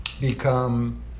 become